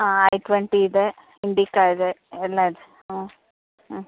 um I twenty ಇದೆ Indica ಇದೆ ಎಲ್ಲ ಇದೆ ಹ್ಞೂ ಹ್ಞೂ